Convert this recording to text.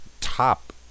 top